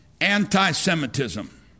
anti-Semitism